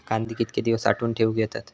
कांदे कितके दिवस साठऊन ठेवक येतत?